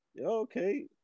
Okay